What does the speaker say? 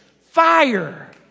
Fire